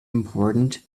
important